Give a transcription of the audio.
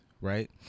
right